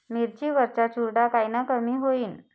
मिरची वरचा चुरडा कायनं कमी होईन?